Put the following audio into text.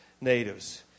Natives